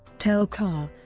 tel-kar